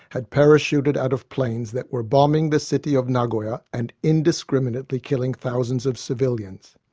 had parachuted out of planes that were bombing the city of nagoya and indiscriminately killing thousands of civilians.